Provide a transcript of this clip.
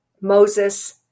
Moses